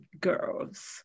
girls